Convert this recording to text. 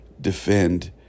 defend